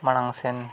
ᱢᱟᱲᱟᱝ ᱥᱮᱱ